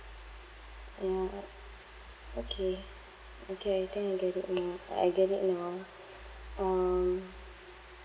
uh ya uh okay okay I think I get it now uh I get it now um